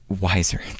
wiser